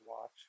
watch